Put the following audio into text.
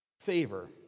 favor